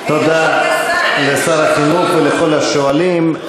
תודה לשר החינוך ולכל השואלים.